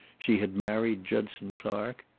she had married judson clark?